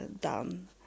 done